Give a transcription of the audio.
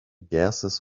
gases